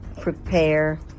prepare